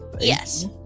yes